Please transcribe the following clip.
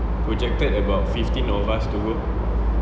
projected about fifteen of us to work